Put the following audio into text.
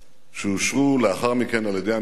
שאושרו לאחר מכן על-ידי הממשלה,